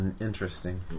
Interesting